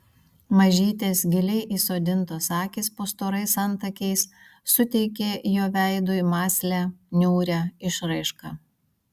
mažytės giliai įsodintos akys po storais antakiais suteikė jo veidui mąslią niūrią išraišką